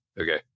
okay